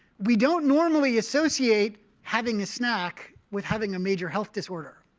we don't normally associate having a snack with having a major health disorder.